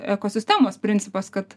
ekosistemos principas kad